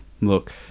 look